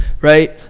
right